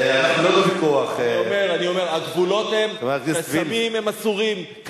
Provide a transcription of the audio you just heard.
הגבולות הם שהסמים אסורים.